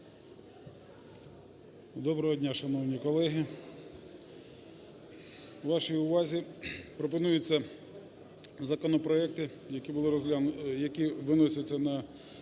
Доброго дня, шановні колеги! Вашій увазі пропонуються законопроекти, які були… які виносяться на